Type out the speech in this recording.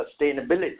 sustainability